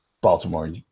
Baltimore